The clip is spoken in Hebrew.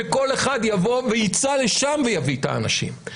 שכל אחד יבוא וייסע לשם ויביא את האנשים.